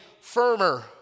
firmer